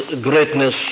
greatness